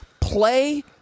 play